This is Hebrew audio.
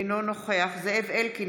אינו נוכח זאב אלקין,